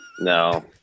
No